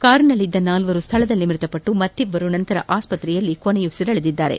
ಕಾರಿನಲ್ಲಿದ್ದ ನಾಲ್ವರು ಸ್ಥಳದಲ್ಲೇ ಮೃತಪಟ್ಟು ಮತ್ತಿಬ್ಬರು ನಂತರ ಆಸ್ಪತ್ರೆಯಲ್ಲಿ ಕೊನೆಯುಸಿರೆಳೆದಿದ್ದಾರೆ